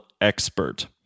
expert